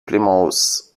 plymouth